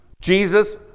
Jesus